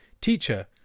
Teacher